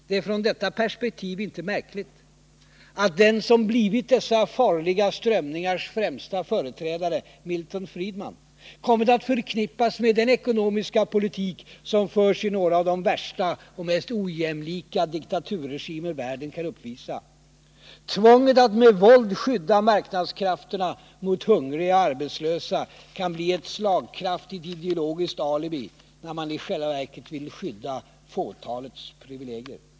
Det är från detta perspektiv inte märkligt att den som blivit dessa farliga strömningars främste företrädare, Milton Friedman, kommit att förknippas med den ekonomiska politik som förs i några av de värsta och mest ojämlika diktaturregimer världen kan uppvisa. Tvånget att med våld skydda marknadskrafterna mot hungriga och arbetslösa kan bli ett slagkraftigt ideologiskt alibi, när man i själva verket vill skydda fåtalets privilegier.